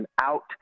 out